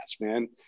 man